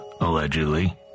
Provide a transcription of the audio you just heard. allegedly